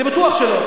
אני בטוח שלא.